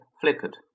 flickered